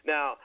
Now